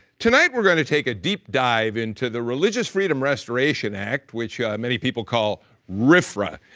tonight we're going to take a deep dive into the religious freedom restoration act which many people call rfra.